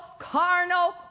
carnal